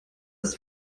ist